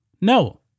No